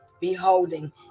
beholding